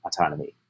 autonomy